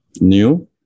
New